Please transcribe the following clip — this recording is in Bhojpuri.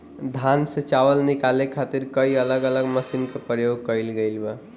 धान से चावल निकाले खातिर कई अलग अलग मशीन के प्रयोग कईल गईल बा